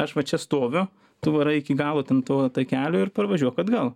aš va čia stoviu tvora iki galo ten to takelio ir parvažiuok atgal